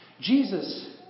Jesus